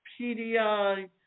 PDI